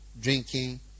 drinking